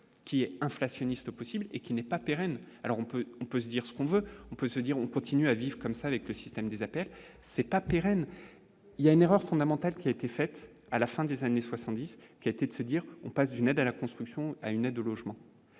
qui est inflationniste possible et qui n'est pas pérenne, alors on peut, on peut dire ce qu'on veut, on peut se dire on continue à vivre comme ça, avec le système des appels, c'est pas pérenne, il y a une erreur fondamentale qui a été faite à la fin des années 70 qui a été de se dire : on passe d'une aide à la construction à une aide au logement,